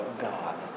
God